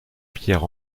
pierre